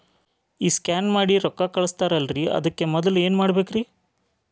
ಈ ಸ್ಕ್ಯಾನ್ ಮಾಡಿ ರೊಕ್ಕ ಕಳಸ್ತಾರಲ್ರಿ ಅದಕ್ಕೆ ಮೊದಲ ಏನ್ ಮಾಡ್ಬೇಕ್ರಿ?